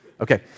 Okay